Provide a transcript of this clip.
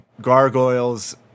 gargoyles